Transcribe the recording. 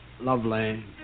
Lovely